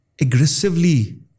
aggressively